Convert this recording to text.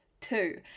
two